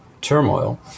Turmoil